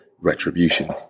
retribution